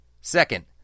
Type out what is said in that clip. Second